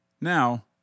Now